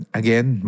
again